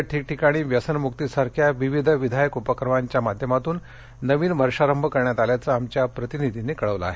राज्यात ठिकठिकाणी व्यसनमुकीसारख्या विविध विधायक उपक्रमांच्या माध्यमातून नवीन वर्षारंभ करण्यात आल्याचं आमच्या प्रतिनिधींनी कळवलं आहे